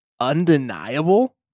undeniable